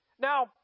Now